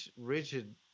rigid